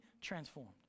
transformed